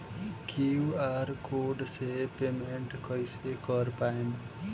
QR code से payment कईसे कर पाएम?